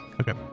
Okay